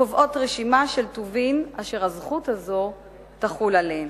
קובעות רשימה של טובין אשר הזכות הזאת תחול עליהם.